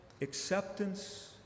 acceptance